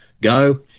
go